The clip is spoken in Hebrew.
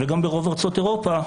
וגם ברוב ארצות אירופה,